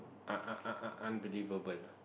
un~ un~ un~ un~ unbelievable